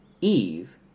Eve